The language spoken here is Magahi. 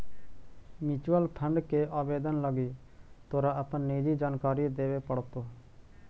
म्यूचूअल फंड के आवेदन लागी तोरा अपन निजी जानकारी देबे पड़तो